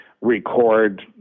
record